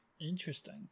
Interesting